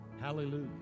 Hallelujah